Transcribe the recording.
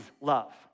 love